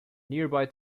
nearby